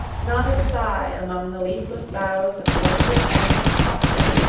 not a sigh among the leafless boughs of one despondent poplar,